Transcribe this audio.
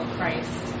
Christ